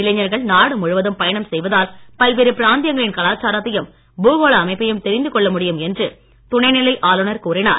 இளைஞர்கள் நாடு முழுவதும் பயணம் செய்வதால் பல்வேறு பிராந்தியங்களின் கலாச்சாரத்தையும் பூகோள அமைப்பையும் தெரிந்து கொள்ள முடியும் என்று துணைநிலை ஆளுநர் கூறினார்